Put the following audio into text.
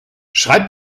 schreib